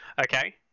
Okay